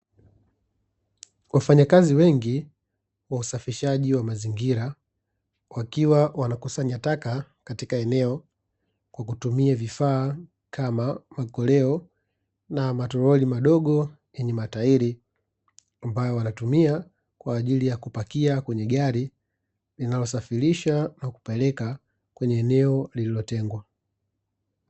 Wafanyakazi wengi wa usafishaji wa mazingira, wakiwa wanakusanya taka katika eneo kwa kutumia vifaa kama; makoleo na matoroli madogo yenye matairi, ambayo wanatumia kwa ajili ya kupakia kwenye gari, linalosafirisha na kupeleka kwenye eneo lililotengwa.